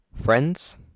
Friends